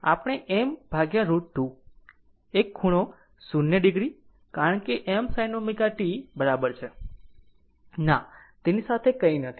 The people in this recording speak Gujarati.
એક ખૂણો 0 o કારણ કે m sin ω t બરાબર છે ના તેની સાથે કંઈ નથી